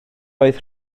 oedd